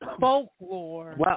folklore